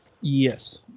Yes